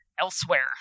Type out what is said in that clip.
elsewhere